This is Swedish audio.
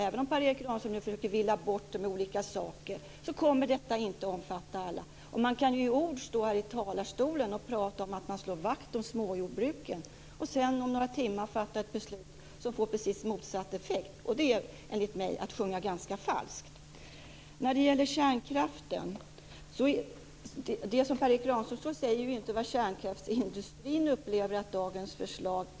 Även om Per Erik Granström nu försöker villa bort det med olika saker, kommer detta inte att omfatta alla. Man kan ju stå här i talarstolen och prata om att man slår vakt om småjordbruken och sedan om några timmar fatta ett beslut som får precis motsatt effekt. Det tycker jag är att sjunga ganska falskt. Sedan gällde det kärnkraften. Det som Per Erik Granström säger stämmer inte med hur kärnkraftsindustrin upplever dagens förslag.